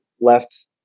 left